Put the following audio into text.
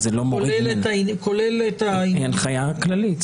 היא ההנחיה הכללית.